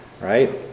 Right